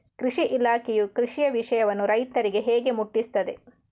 ಕೃಷಿ ಇಲಾಖೆಯು ಕೃಷಿಯ ವಿಷಯವನ್ನು ರೈತರಿಗೆ ಹೇಗೆ ಮುಟ್ಟಿಸ್ತದೆ?